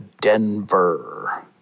Denver